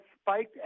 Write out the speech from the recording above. spiked